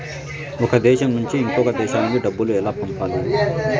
ఒక దేశం నుంచి ఇంకొక దేశానికి డబ్బులు ఎలా పంపాలి?